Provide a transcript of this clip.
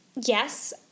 Yes